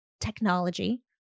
technology